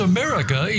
America